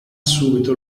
subito